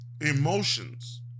Emotions